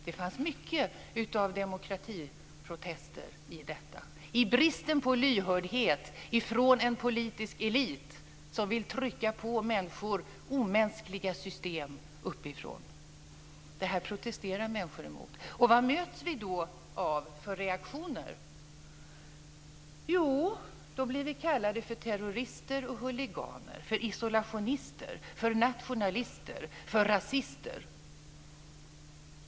Det fanns mycket av demokratiprotester i detta, mot bristen på lyhördhet från en politisk elit som vill trycka på människor omänskliga system uppifrån. Det här protesterar människor emot. Och vad möts vi då av för reaktioner? Jo, då blir vi kallade för terrorister och huliganer, för isolationister, för nationalister, för rasister.